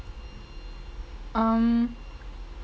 um